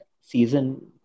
season